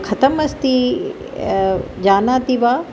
कथम् अस्ति जानाति वा